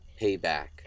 payback